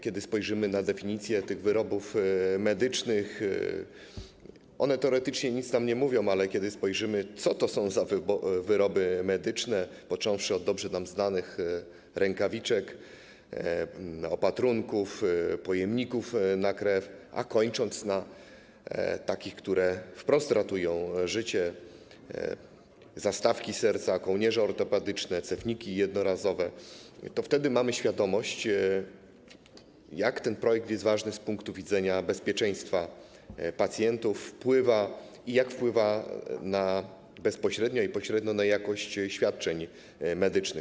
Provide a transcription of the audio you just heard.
Kiedy spojrzymy na definicje tych wyrobów medycznych, to widzimy, że one teoretycznie nic nam nie mówią, ale kiedy spojrzymy na to, co to są za wyroby medyczne, począwszy od dobrze nam znanych rękawiczek, opatrunków, pojemników na krew, skończywszy na takich, które wprost ratują życie, jak zastawki serca, kołnierze ortopedyczne, cewniki jednorazowe, to wtedy mamy świadomość, jak ten projekt jest ważny z punktu widzenia bezpieczeństwa pacjentów i jak bezpośrednio i pośrednio wpływa na jakość świadczeń medycznych.